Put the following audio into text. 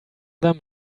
them